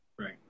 Right